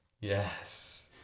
Yes